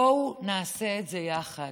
בואו נעשה את זה יחד,